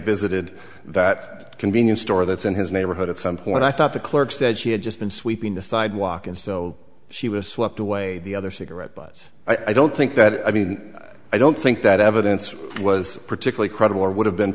visited that convenience store that's in his neighborhood at some point i thought the clerk said she had just been sweeping the sidewalk and so she was swept away the other cigarette butts i don't think that i mean i don't think that evidence was particularly credible or would have been